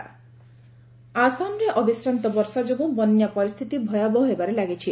ଆସାମ ଫୁଡ ଆସାମରେ ଅବିଶ୍ରାନ୍ତ ବର୍ଷା ଯୋଗୁଁ ବନ୍ୟା ପରିସ୍ଥିତି ଭୟାବହ ହେବାରେ ଲାଗିଛି